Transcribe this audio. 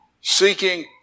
Seeking